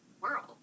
world